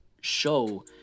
show